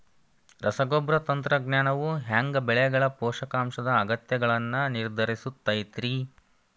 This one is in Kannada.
ರಸಗೊಬ್ಬರ ತಂತ್ರಜ್ಞಾನವು ಹ್ಯಾಂಗ ಬೆಳೆಗಳ ಪೋಷಕಾಂಶದ ಅಗತ್ಯಗಳನ್ನ ನಿರ್ಧರಿಸುತೈತ್ರಿ?